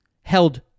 held